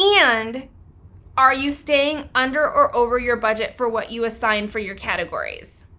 and are you staying under or over your budget for what you assigned for your categories?